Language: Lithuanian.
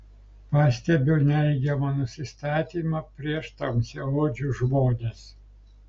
pastebiu neigiamą nusistatymą prieš tamsiaodžius žmones